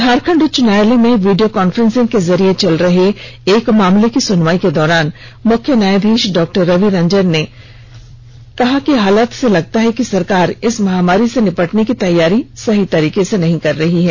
झारखंड उच्च न्यायालय में वीडियो कॉन्फ्रेंसिंग के जरिए चल रहे एक मामले की सुनवाई के दौरान मुख्य न्यायाधीश डॉक्टर रवि रंजन ने कहा कि हालात से लगता है कि सरकार इस महामारी से निपटने की तैयारी सही तरीके से नहीं कर सकी है